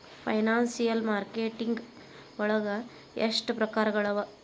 Financial marketing ವಳಗ ಎಷ್ಟ್ ಪ್ರಕ್ರಾರ್ಗಳವ?